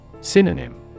synonym